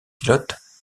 pilotes